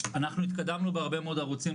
אנחנו התקדמנו בהרבה מאוד ערוצים,